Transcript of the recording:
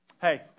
Hey